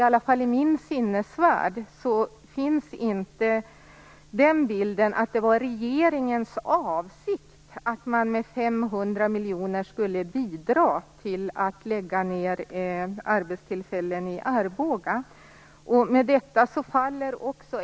I min sinnevärld finns inte den bilden att det var regeringens avsikt att man med 500 miljoner skulle bidra till att lägga ned arbetstillfällen i Arboga.